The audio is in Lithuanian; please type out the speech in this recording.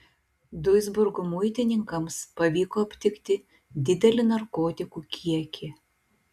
duisburgo muitininkams pavyko aptikti didelį narkotikų kiekį